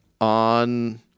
on